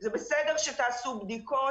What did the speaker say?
זה בסדר שתעשו בדיקות,